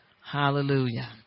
Hallelujah